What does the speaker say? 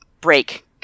break